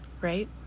right